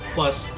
Plus